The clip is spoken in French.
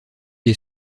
est